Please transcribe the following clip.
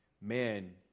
man